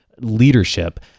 leadership